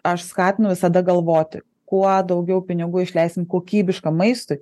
aš skatinu visada galvoti kuo daugiau pinigų išleisim kokybiškam maistui